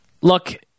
Look